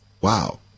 Wow